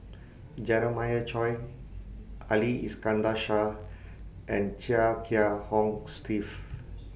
Jeremiah Choy Ali Iskandar Shah and Chia Kiah Hong Steve